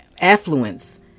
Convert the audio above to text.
affluence